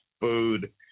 food